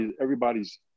everybody's